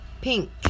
Pink